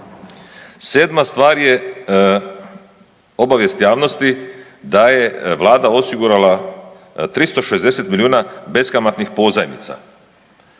Sedma stvar je obavijest javnosti da je vlada osigurala 360 milijuna beskamatnih pozajmica,